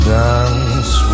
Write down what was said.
dance